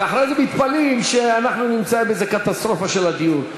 ואחרי זה מתפלאים שאנחנו נמצאים בקטסטרופה בדיור.